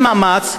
עם מאמץ,